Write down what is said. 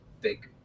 big